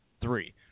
three